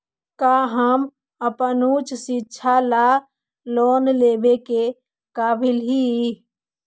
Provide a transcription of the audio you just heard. का हम अपन उच्च शिक्षा ला लोन लेवे के काबिल ही?